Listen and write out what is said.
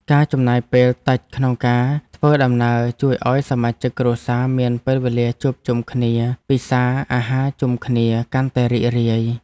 ការចំណាយពេលតិចក្នុងការធ្វើដំណើរជួយឱ្យសមាជិកគ្រួសារមានពេលវេលាជួបជុំគ្នាពិសារអាហារជុំគ្នាកាន់តែរីករាយ។